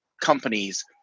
companies